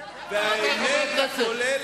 והאמת הכוללת,